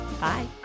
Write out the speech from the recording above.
Bye